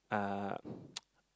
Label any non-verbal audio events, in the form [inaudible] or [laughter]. uh [breath] [noise]